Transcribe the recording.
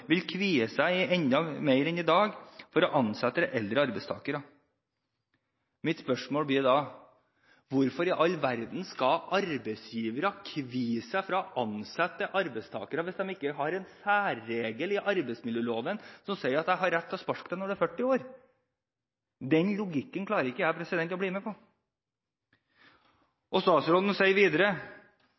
vil kvie seg enda mer enn i dag for å ansette eldre arbeidstagere.» Mitt spørsmål blir da: Hvorfor i all verden skal arbeidsgivere kvie seg for å ansette arbeidstakere hvis de ikke har en særregel i arbeidsmiljøloven som sier at jeg har rett til å sparke deg når du er 40 år? Den logikken klarer ikke jeg å bli med på. Og statsråden sier videre: